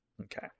Okay